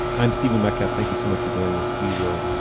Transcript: i'm stephen metcalf thank you so much for joining us we will